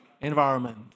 environment